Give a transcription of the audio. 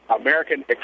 American